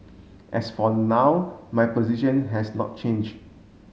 as for now my position has not change